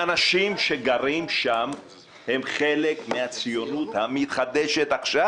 האנשים שגרים שם הם חלק מן הציונות המתחדשת עכשיו.